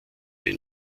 ein